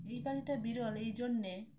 এই প্রাণীটা বিরল এই জন্যে